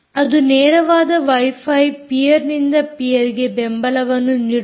ಅದು ನೇರವಾದ wifi peer ನಿಂದ ಪೀರ್ಗೆ ಬೆಂಬಲವನ್ನು ನೀಡುತ್ತದೆ